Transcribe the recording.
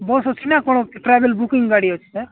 bus ଅଛି ନା କ'ଣ ଟ୍ରାଭେଲ୍ ବୁକିଙ୍ଗ୍ ଗାଡ଼ି ଅଛି ସାର୍